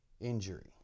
injury